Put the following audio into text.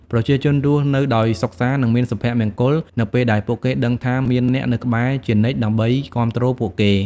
ប្រជាជនរស់នៅដោយសុខសាន្ត និងមានសុភមង្គលនៅពេលដែលពួកគេដឹងថាមានអ្នកនៅក្បែរជានិច្ចដើម្បីគាំទ្រពួកគេ។